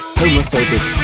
homophobic